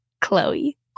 Chloe